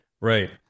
Right